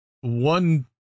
One